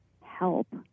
help